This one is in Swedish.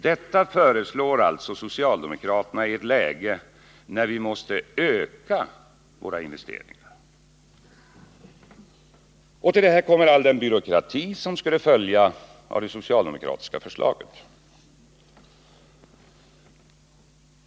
Detta föreslår alltså socialdemokraterna i ett läge, när vi måste öka våra investeringar. Härtill kommer all den byråkrati som skulle bli följden, om det socialdemokratiska förslaget genomfördes.